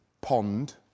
pond